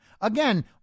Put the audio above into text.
Again